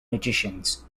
magicians